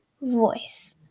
voice